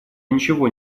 ничего